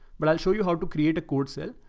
but i'll show you how to create a code cell.